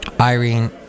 Irene